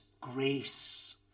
grace